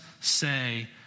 say